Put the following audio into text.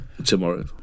tomorrow